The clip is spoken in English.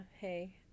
hey